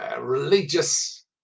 religious